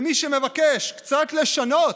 ומי שמבקש קצת לשנות,